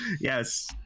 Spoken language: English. Yes